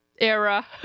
era